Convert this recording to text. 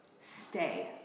Stay